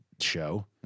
show